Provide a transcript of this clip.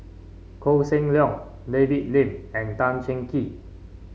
Koh Seng Leong David Lim and Tan Cheng Kee